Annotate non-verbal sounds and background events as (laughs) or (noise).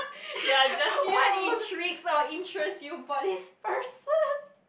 (laughs) what intrigues or interest you about this person